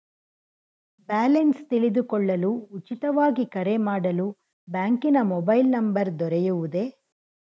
Balance ತಿಳಿದುಕೊಳ್ಳಲು ಉಚಿತವಾಗಿ ಕರೆ ಮಾಡಲು ಬ್ಯಾಂಕಿನ ಮೊಬೈಲ್ ನಂಬರ್ ದೊರೆಯುವುದೇ?